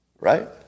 right